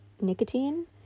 nicotine